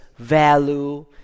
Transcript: Value